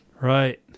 Right